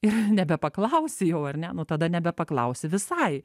ir nebepaklausi jau ar ne nu tada nebepaklausi visai